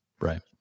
Right